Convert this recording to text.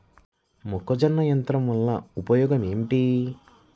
మొక్కజొన్న యంత్రం వలన ఉపయోగము ఏంటి?